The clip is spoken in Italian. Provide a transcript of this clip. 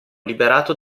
liberato